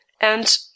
and